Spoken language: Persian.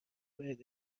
بهت